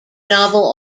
novel